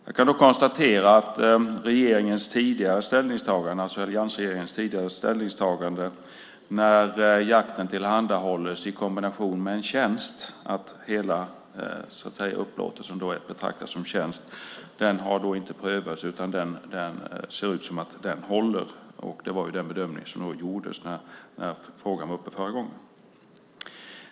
Jag kan konstatera att alliansregeringens tidigare ställningstagande - det vill säga att när jakten tillhandahålls i kombination med en tjänst är hela upplåtelsen att betrakta som tjänst - inte har prövats, utan det ser ut som om det håller. Det var den bedömning som gjordes när frågan var uppe förra gången.